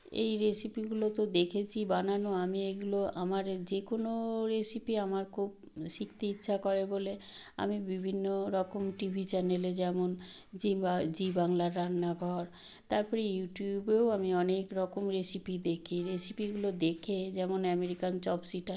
এই রেসিপিগুলো তো দেখেছি বানানো আমি এগুলো আমার যে কোনো রেসিপি আমার খুব শিখতে ইচ্ছা করে বলে আমি বিভিন্ন রকম টিভি চ্যানেলে যেমন জি বা জি বাংলার রান্নাঘর তারপরে ইউটিউবেও আমি অনেক রকম রেসিপি দেখি রেসিপিগুলো দেখে যেমন অ্যামেরিকান চপসিটা